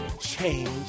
change